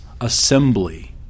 assembly